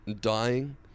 dying